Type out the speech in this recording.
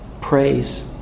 praise